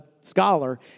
scholar